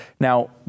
Now